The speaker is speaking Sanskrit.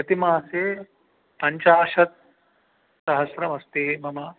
प्रतिमासे पञ्चाशत् सहस्रम् अस्ति मम